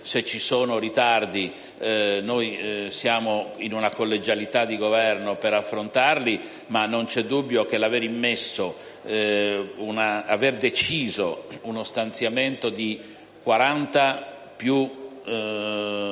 Se ci sono ritardi, noi siamo in una collegialità di Governo per affrontarli; ma non c'è dubbio che aver deciso uno stanziamento di 40